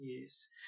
yes